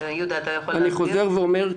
אני חוזר ואומר,